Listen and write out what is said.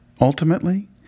Ultimately